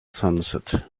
sunset